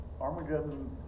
Armageddon